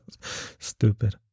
Stupid